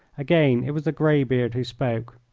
again it was the grey-beard who spoke.